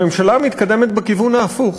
הממשלה מתקדמת בכיוון ההפוך,